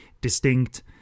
distinct